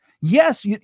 Yes